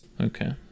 Okay